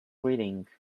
reading